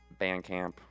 Bandcamp